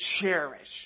cherish